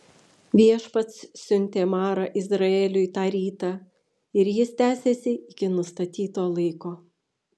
viešpats siuntė marą izraeliui tą rytą ir jis tęsėsi iki nustatyto laiko